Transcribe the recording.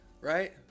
right